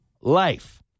life